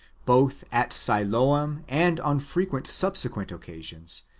both at siloam and on frequent subsequent occasions,